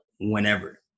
whenever